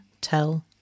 Tell